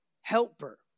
helper